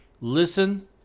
listen